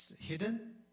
hidden